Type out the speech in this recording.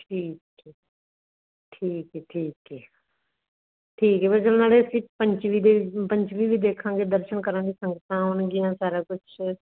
ਠੀਕ ਠੀਕ ਏ ਠੀਕ ਏ ਠੀਕ ਏ ਫਿਰ ਨਾਲੇ ਅਸੀਂ ਪੰਚਮੀ ਦੇ ਪੰਚਮੀ ਵੀ ਦੇਖਾਂਗੇ ਦਰਸ਼ਨ ਕਰਾਂਗੇ ਸੰਗਤਾਂ ਆਉਣਗੀਆਂ ਸਾਰਾ ਕੁਛ